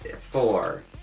four